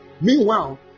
Meanwhile